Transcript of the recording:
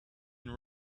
been